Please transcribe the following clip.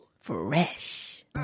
Fresh